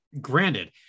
granted